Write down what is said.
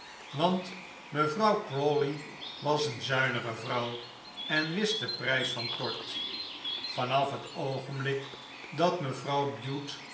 want mevrouw crawley was een zuinige vrouw en wist den prijs van port van af het oogenblik dat mevrouw bute